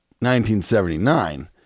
1979